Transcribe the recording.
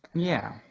yeah.